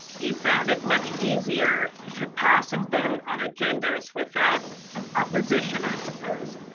you found it much easier to pass and vote on agendas without opposition i suppose.